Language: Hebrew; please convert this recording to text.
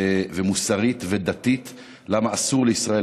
ומוסרית ודתית למה אסור לישראל,